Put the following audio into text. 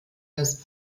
das